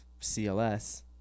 CLS